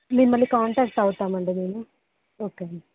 నేను మళ్ళీ కాంటాక్ట్ అవుతాం అండి మేము ఓకే అండి